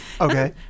Okay